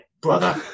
Brother